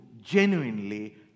genuinely